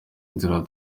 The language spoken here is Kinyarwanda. nzira